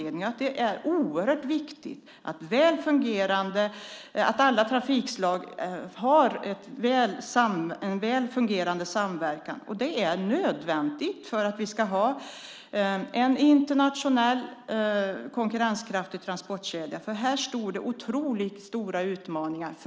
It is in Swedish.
Det är oerhört viktigt att alla trafikslag har en väl fungerande samverkan. Det är nödvändigt för att ha en internationellt sett konkurrenskraftig transportkedja. Här står otroligt stora utmaningar på spel.